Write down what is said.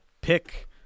pick